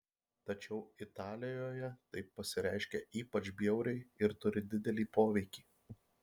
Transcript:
tačiau italijoje tai pasireiškia ypač bjauriai ir turi didelį poveikį